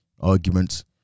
arguments